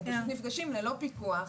הם נפגשים ללא פיקוח,